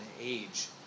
age